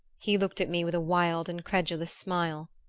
he looked at me with a wild incredulous smile.